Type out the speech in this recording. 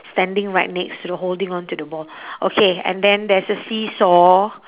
standing right next to the holding on to the ball okay and then there's a seesaw